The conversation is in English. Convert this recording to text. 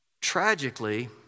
Tragically